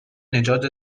نجات